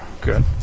good